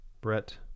Brett